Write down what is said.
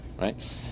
right